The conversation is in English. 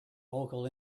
local